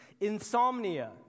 insomnia